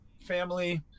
family